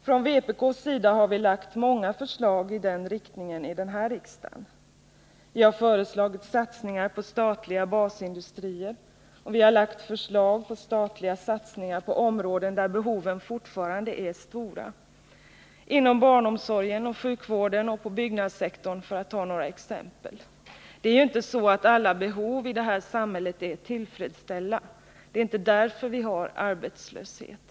Från vpk:s sida har vi lagt fram många förslag i den riktningen här i riksdagen. Vi har föreslagit satsningar på statliga basindustrier, och vi har väckt förslag om statliga satsningar på områden där behoven fortfarande är stora — inom barnomsorgen, sjukvården och byggnadssektorn för att ta några exempel. Det är ju inte så att alla behov i det här samhället är tillfredsställda; det är inte därför vi har arbetslöshet.